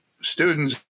students